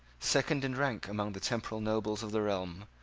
second in rank among the temporal nobles of the realm,